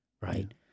right